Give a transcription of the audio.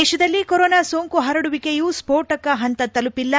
ದೇಶದಲ್ಲಿ ಕೊರೊನಾ ಸೋಂಕು ಪರಡುವಿಕೆಯು ಸ್ಪೋಟಕ ಪಂತ ತಲುಪಿಲ್ಲ